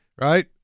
right